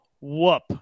whoop